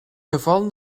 geval